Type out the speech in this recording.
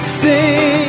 sing